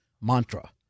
mantra